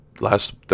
last